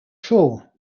sure